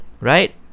right